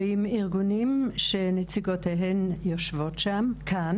ועם ארגונים שנציגותיהן יושבות כאן,